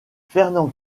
fernand